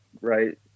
right